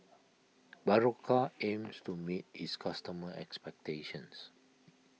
Berocca aims to meet its customers' expectations